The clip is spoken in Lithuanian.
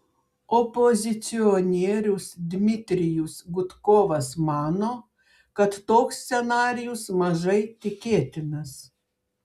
opozicionierius dmitrijus gudkovas mano kad toks scenarijus mažai tikėtinas